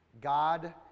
God